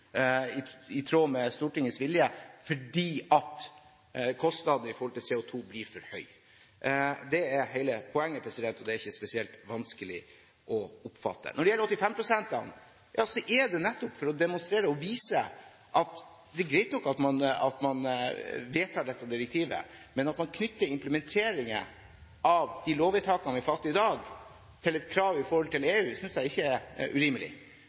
blir utbygd i tråd med Stortingets vilje fordi kostnadene i forhold til CO2 blir for høye. Det er hele poenget, og det er ikke spesielt vanskelig å oppfatte. Når det gjelder de 85 prosentene, er det nettopp for å demonstrere og vise at det er greit nok at man vedtar dette direktivet. Men at man knytter implementeringen av de lovvedtakene vi fatter i dag, til et krav overfor EU, synes jeg ikke er urimelig,